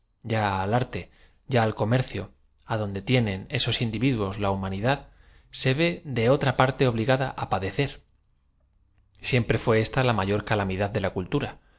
a al arte y a al comercio adonde tienden esos individuos la humanidad se v e de otra parte obligada á padecer siempre fué esta ia m ayor calamidad de la cultura